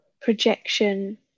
projection